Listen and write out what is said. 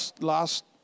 last